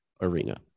arena